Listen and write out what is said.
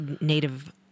native